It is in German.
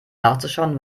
nachzuschauen